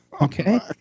Okay